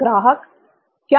ग्राहक क्या